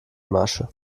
masche